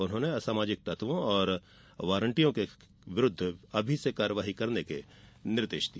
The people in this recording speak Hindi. उन्होंने असामाजिक तत्वों एवं वारंटियों के विरूद्व अभी से कार्यवाही करने के निर्देश दिए